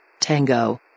Tango